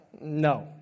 No